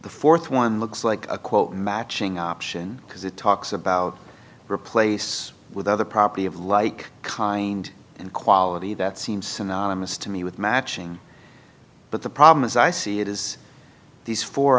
the fourth one looks like a quote matching option because it talks about replace with other property of like kind and quality that seems anonymous to me with matching but the problem as i see it is these four